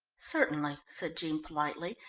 certainly, said jean politely,